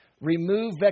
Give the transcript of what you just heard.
Remove